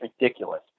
ridiculous